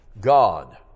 God